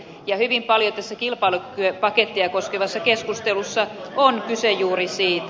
ja hyvin paljon tässä kilpailukykypakettia koskevassa keskustelussa on kyse juuri siitä